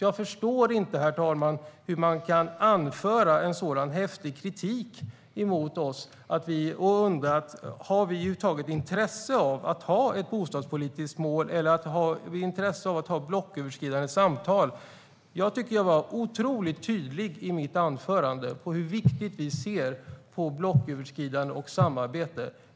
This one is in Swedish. Jag förstår inte, herr talman, hur man kan framföra en så häftig kritik mot oss. Jag undrar: Finns det över huvud taget ett intresse av att ha ett bostadspolitiskt mål och blocköverskridande samtal? Jag tycker att jag var otroligt tydlig i mitt anförande om hur vi ser på blocköverskridande samarbete.